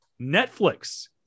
netflix